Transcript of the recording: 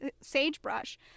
sagebrush